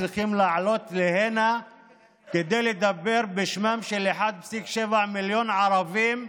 צריכים לעלות הנה כדי לדבר בשמם של 1.7 מיליון ערבים,